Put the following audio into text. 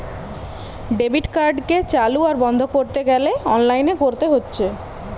debit কার্ডকে চালু আর বন্ধ কোরতে গ্যালে অনলাইনে কোরতে হচ্ছে